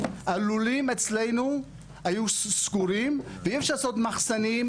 הלולים אצלנו היו סגורים ואי אפשר לעשות מחסנים,